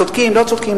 צודקים או לא צודקים,